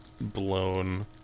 blown